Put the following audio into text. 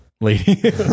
Lady